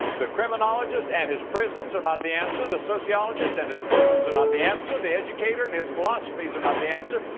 the criminologist and his prisons are not the answer. the sociologist and his programs are not the answer. the educator and his philosophies are not the answer.